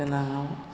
गोनांआव